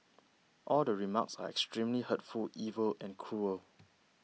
all the remarks are extremely hurtful evil and cruel